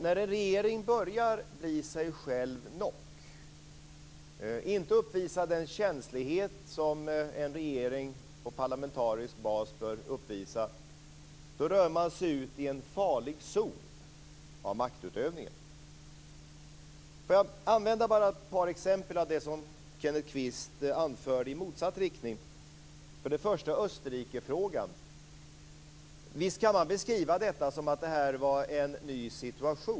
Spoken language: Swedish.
När en regering börjar bli sig själv nog och inte uppvisar den känslighet som en regering på parlamentarisk bas bör uppvisa, då rör man sig ut mot en farlig zon av maktutövningen. Jag kan använda ett par av de exempel som Kenneth Kvist anförde i motsatt riktning. Det främsta är Österrikefrågan. Visst kan man beskriva det som att situationen var ny.